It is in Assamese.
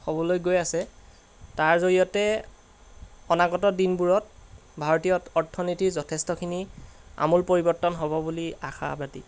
হ'বলৈ গৈ আছে তাৰ জৰিয়তে অনাগত দিনবোৰত ভাৰতীয় অৰ্থনীতি যথেষ্টখিনি আমূল পৰিৱৰ্তন হ'ব বুলি আশাবাদী